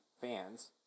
fans